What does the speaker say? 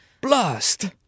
Blast